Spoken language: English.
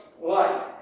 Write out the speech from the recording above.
life